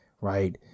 right